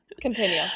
Continue